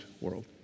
world